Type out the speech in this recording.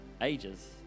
ages